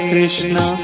Krishna